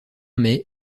mai